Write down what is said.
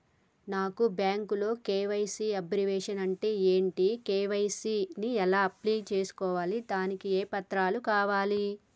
నాకు బ్యాంకులో KYC abbreviation అంటే ఏంటి కే.వై.సీ ని ఎలా అప్లై చేసుకోవాలి దానికి ఏ పత్రాలు కావాలి?